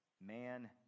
man